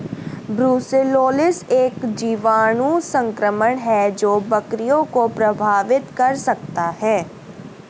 brucellosis एक जीवाणु संक्रमण है जो बकरियों को प्रभावित कर सकता है